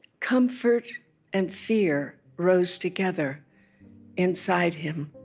comfort and fear rose together inside him,